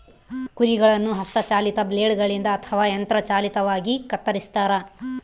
ಕುರಿಗಳನ್ನು ಹಸ್ತ ಚಾಲಿತ ಬ್ಲೇಡ್ ಗಳಿಂದ ಅಥವಾ ಯಂತ್ರ ಚಾಲಿತವಾಗಿ ಕತ್ತರಿಸ್ತಾರ